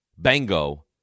bingo